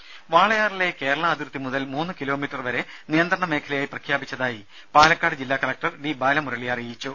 ദേദ വാളയാറിലെ കേരള അതിർത്തി മുതൽ മൂന്ന് കിലോ മീറ്റർ വരെ നിയന്ത്രണ മേഖലയായി പ്രഖ്യാപിച്ചതായി പാലക്കാട് ജില്ലാ കലക്ടർ ഡി ബാലമുരളി അറിയിച്ചു